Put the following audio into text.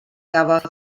gafodd